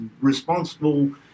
responsible